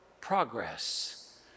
progress